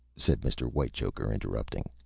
said mr. whitechoker, interrupting.